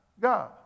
God